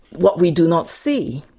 what we do not see,